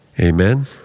Amen